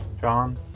John